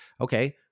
Okay